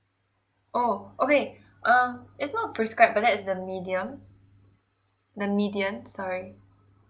oh okay err it's not prescribed but that is the medium the median sorry